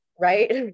right